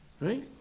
Right